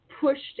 pushed